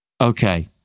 Okay